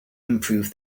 improve